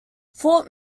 fort